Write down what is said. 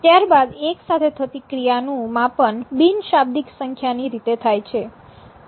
ત્યારબાદ એક સાથે થતી ક્રિયા નું માપન બિનશાબ્દિક સંખ્યાની રીતે થાય છે